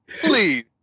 Please